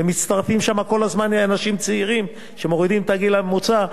מצטרפים אליהן כל הזמן אנשים צעירים שמורידים את הגיל הממוצע.